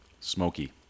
smoky